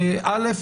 א',